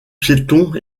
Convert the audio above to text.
piétons